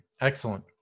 Excellent